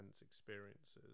experiences